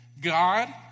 God